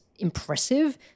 impressive